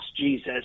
Jesus